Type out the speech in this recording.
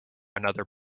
another